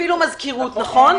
אפילו מזכירות, נכון.